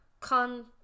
Con